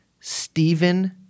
Stephen